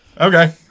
Okay